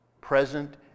present